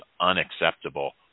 unacceptable